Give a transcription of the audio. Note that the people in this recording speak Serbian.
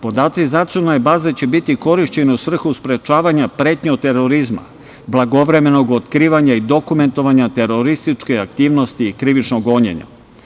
Podaci za nacionalne baze će biti korišćeni u svrhu sprečavanja pretnji od terorizma, blagovremenog otkrivanja i dokumentovanja terorističke aktivnosti i krivičnog gonjenja.